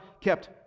kept